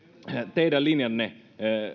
teidän linjanne